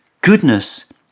Goodness